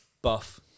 Buff